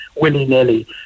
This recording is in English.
willy-nilly